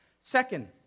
Second